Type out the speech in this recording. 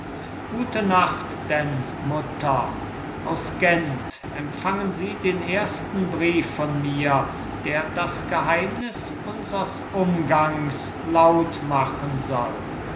gute nacht denn mutter aus gent empfangen sie den ersten brief von mir der das geheimnis unsers umgangs lautmachen soll